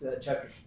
chapter